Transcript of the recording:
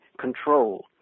control